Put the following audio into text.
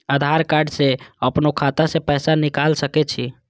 आधार कार्ड से अपनो खाता से पैसा निकाल सके छी?